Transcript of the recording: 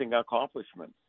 accomplishment